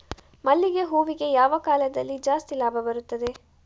ಮಲ್ಲಿಗೆ ಹೂವಿಗೆ ಯಾವ ಕಾಲದಲ್ಲಿ ಜಾಸ್ತಿ ಲಾಭ ಬರುತ್ತದೆ?